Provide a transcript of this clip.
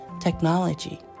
technology